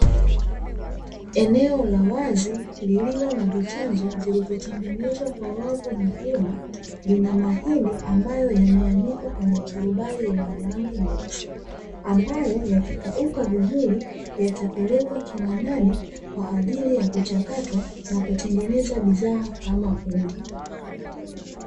Eneo la wazi lililo na vichanja vilivyotengenezwa kwa wavu na vyuma, lina mahindi ambayo yemeanikwa kwenye turubai lenye rangi nyeusi, ambayo yakikauka vizuri yatapelekwa kiwandani kwa ajili ya kuchakatwa na kutengeneza bidhaa kama unga.